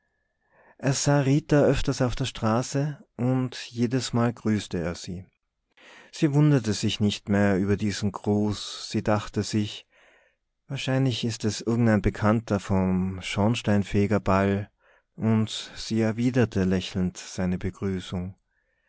er sah rita öfters auf der straße und jedesmal grüßte er sie sie wunderte sich nicht mehr über diesen gruß sie dachte sich wahrscheinlich ist es irgendein bekannter vom schornsteinfegerball und sie erwiderte lächelnd seine begrüßung